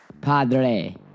Padre